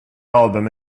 album